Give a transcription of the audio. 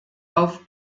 auf